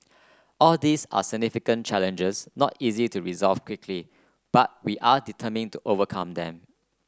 all these are significant challenges not easy to resolve quickly but we are determined to overcome them